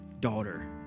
daughter